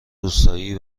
روستایی